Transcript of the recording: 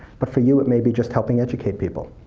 but for you, it may be just helping educate people,